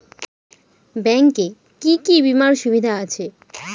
Bank এ কি কী বীমার সুবিধা আছে?